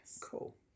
Cool